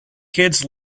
kids